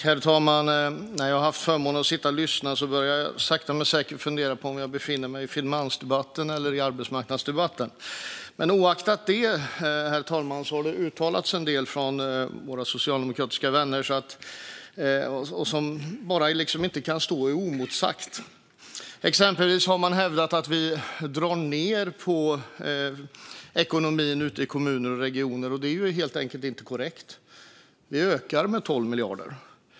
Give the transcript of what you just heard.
Herr talman! När jag har haft förmånen att sitta och lyssna här har jag så sakteliga börjat fundera på om jag befinner mig i finansdebatten eller i arbetsmarknadsdebatten. Men i vilket fall som helst har det uttalats en del från våra socialdemokratiska vänner som inte bara kan stå oemotsagt. Exempelvis har man hävdat att vi drar ned på ekonomin i kommuner och regioner. Det är helt enkelt inte korrekt. Vi ökar med 12 miljarder.